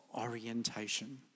orientation